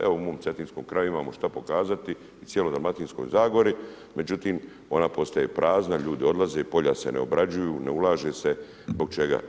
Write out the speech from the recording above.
Evo u mom cetinskom kraju imamo šta pokazati i cijeloj dalmatinskoj zagori, međutim ona postaje prazna, ljudi odlaze, polja se ne obrađuju, ne ulaže se, zbog čega?